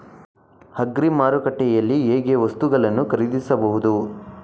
Agri ಮಾರುಕಟ್ಟೆಯಲ್ಲಿ ಹೇಗೆ ವಸ್ತುಗಳನ್ನು ಖರೀದಿಸಬಹುದು?